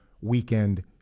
weekend